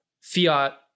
fiat